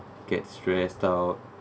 get stressed out